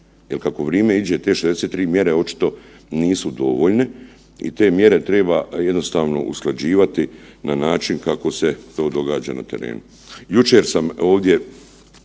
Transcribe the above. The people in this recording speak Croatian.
kako vrijeme iđe te 63 mjere očito nisu dovoljne i te mjere treba jednostavno usklađivati na način kako se to događa na terenu.